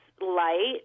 light